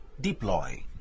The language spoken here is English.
Deploy